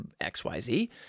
xyz